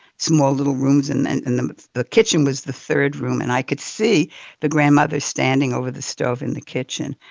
small little rooms and and and the the kitchen was the third room. and i could see the grandmother standing over the stove in the kitchen.